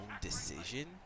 decision